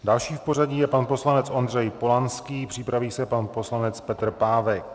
Další v pořadí je pan poslanec Ondřej Polanský, připraví se pan poslanec Petr Pávek.